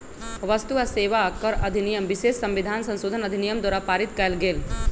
वस्तु आ सेवा कर अधिनियम विशेष संविधान संशोधन अधिनियम द्वारा पारित कएल गेल